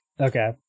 Okay